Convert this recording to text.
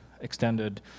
extended